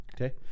Okay